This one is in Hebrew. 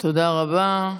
תודה רבה.